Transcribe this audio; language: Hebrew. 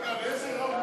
נא להצביע.